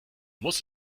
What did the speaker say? muss